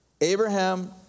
Abraham